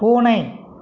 பூனை